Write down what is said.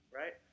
right